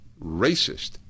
racist